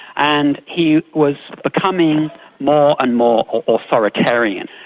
and he was becoming more and more authoritarian,